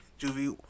Juvie